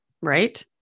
Right